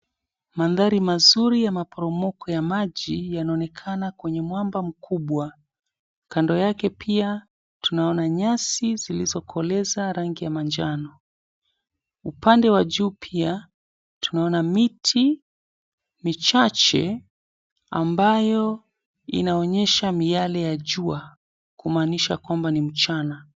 Mandhari mazuri ya maporomoko ya maji yanaonekana kwenye mwamba mkubwa. Kando yake pia tunaona nyasi zilizokoleza rangi ya manjano. Upande wa juu pia tunaona miti michache ambayo inaonyesha miale ya jua kumaanisha kwamba ni mchana.